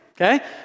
okay